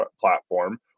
platform